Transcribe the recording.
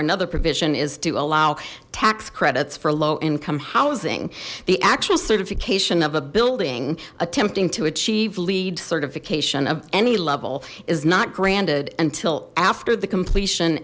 another provision is to allow tax credits for low income housing the actual certification of a building attempting to achieve leed certification of any level is not granted until after the completion